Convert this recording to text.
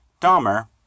Dahmer